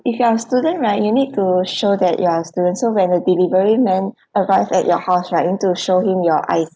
if you are a student right you need to show that you are a student so when the delivery man arrive at your house right you need to show him your I~